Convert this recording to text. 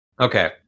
Okay